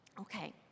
okay